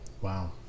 Wow